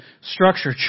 structure